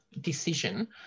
Decision